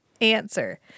answer